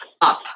up